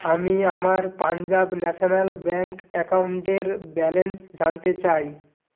আমি আমার Punjab national bank অ্যাকাউন্টের ব্যালেন্স জানতে চাই